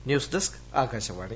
news desk Akashvani